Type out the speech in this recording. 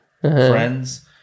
friends